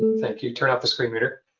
thank you. turn off the screen reader.